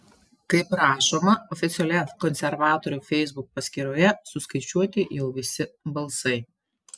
kaip rašoma oficialioje konservatorių feisbuko paskyroje suskaičiuoti jau visi balsai